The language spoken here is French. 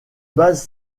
base